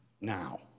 now